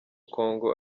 congo